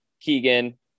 Keegan